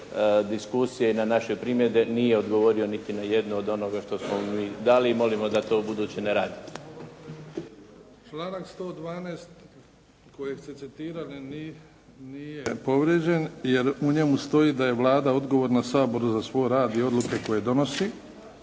i na naše primjedbe. Nije odgovorio niti na jednu od onoga što smo mi dali i molim da to ubuduće ne radi.